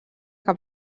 cap